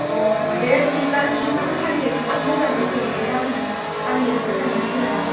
अ दे बिदिब्ला नोंथाङा दखाननि एड्रेसखौ मोजाङै हरदो आंनो आं बेयावनो थांनोसै नामा